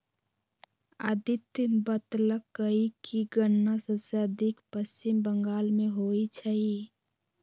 अदित्य बतलकई कि गन्ना सबसे अधिक पश्चिम बंगाल में होई छई